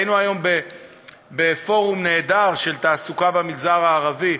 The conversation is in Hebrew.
היינו היום בפורום נהדר של תעסוקה במגזר הערבי,